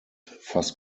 fuzz